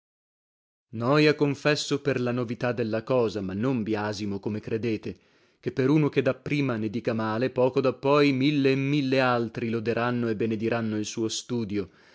per noia confesso per la novità della cosa ma non biasimo come credete ché per uno che da prima ne dica male poco da poi mille e mille altri loderanno e benediranno il suo studio